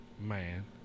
man